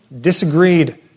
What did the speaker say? disagreed